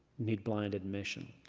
need blind admission.